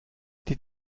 die